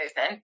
movement